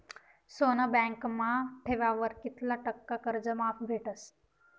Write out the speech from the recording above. सोनं बँकमा ठेवावर कित्ला टक्का कर्ज माफ भेटस?